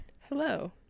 Hello